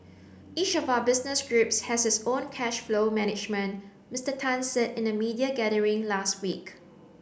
each of our business groups has its own cash flow management Mister Tan said in a media gathering last week